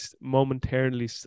momentarily